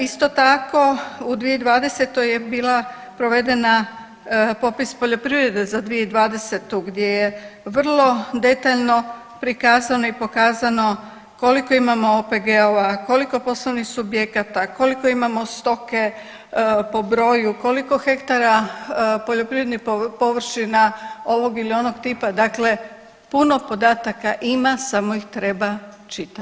Isto tako u 2020. je bila provedena popis poljoprivrede za 2020. gdje je vrlo detaljno prikazano i pokazano koliko imamo OPG-ova, koliko poslovnih subjekata, koliko imamo stoke po broju, koliko hektara poljoprivrednih površina ovog ili onog tipa, dakle puno podataka ima samo ih treba čitati.